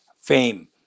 fame